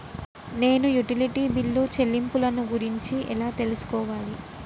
నేను utility bill చెల్లింపులను గురించి ఎలా తెలుసుకోవాలి?